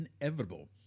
inevitable